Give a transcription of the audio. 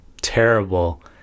terrible